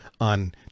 on